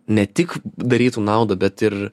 ne tik darytų naudą bet ir